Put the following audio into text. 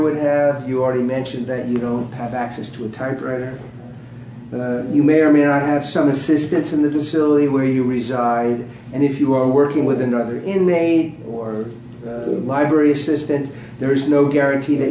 would have you already mentioned that you don't have access to a time where you may or may not have some assistance in the facility where you reside and if you are working with another inmate or library assistant there is no guarantee that